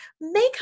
Make